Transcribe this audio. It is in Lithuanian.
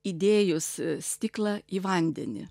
įdėjus stiklą į vandenį